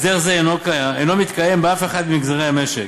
הסדר זה אינו מתקיים באף אחד ממגזרי המשק,